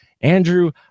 Andrew